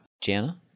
Jana